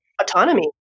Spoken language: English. Autonomy